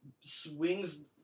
swings